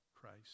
Christ